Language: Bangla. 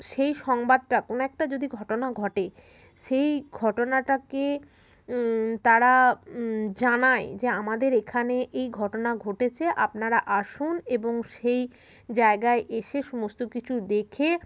সেই সংবাদটা কোনো একটা যদি ঘটনা ঘটে সেই ঘটনাটাকে তারা জানায় যে আমাদের এখানে এই ঘটনা ঘটেছে আপনারা আসুন এবং সেই জায়গায় এসে সমস্ত কিছু দেখে